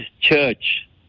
church